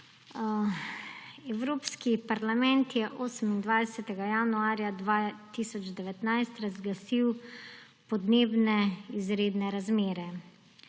Evropski parlament je 28. januarja 2019 razglasil podnebne izredne razmere.